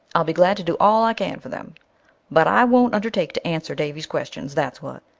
i'll be glad to do all i can for them but i won't undertake to answer davy's questions, that's what.